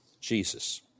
Jesus